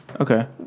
Okay